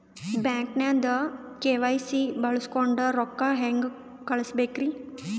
ಬ್ಯಾಂಕ್ದಾಗ ಕೆ.ವೈ.ಸಿ ಬಳಸ್ಕೊಂಡ್ ರೊಕ್ಕ ಹೆಂಗ್ ಕಳಸ್ ಬೇಕ್ರಿ?